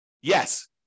Yes